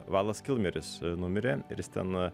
valas kilmeris numirė ir jis ten